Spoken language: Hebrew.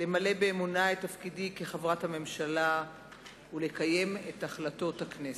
למלא באמונה את תפקידי כחברת הממשלה ולקיים את החלטות הכנסת.